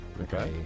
Okay